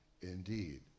indeed